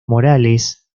morales